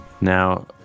now